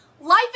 Life